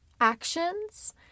actions